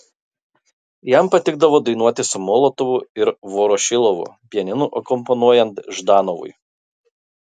jam patikdavo dainuoti su molotovu ir vorošilovu pianinu akompanuojant ždanovui